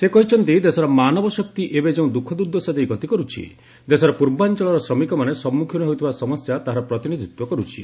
ସେ କହିଛନ୍ତି ଦେଶର ମାନବ ଶକ୍ତି ଏବେ ଯେଉଁ ଦୁଃଖ ଦୂର୍ଦ୍ଦଶା ଦେଇ ଗତିକରୁଛି ଦେଶର ପୂର୍ବାଂଚଳର ଶ୍ରମିକମାନେ ସମ୍ମୁଖୀନ ହେଉଥିବା ସମସ୍ୟା ତାହାର ପ୍ରତିନିଧିତ୍ୱ କରୁଛି